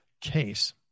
case